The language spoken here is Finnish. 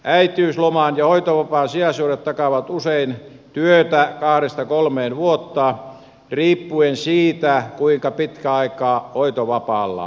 äitiysloman ja hoitovapaan sijaisuudet takaavat usein työtä kahdesta kolmeen vuotta riippuen siitä kuinka pitkä aika hoitovapaalla ollaan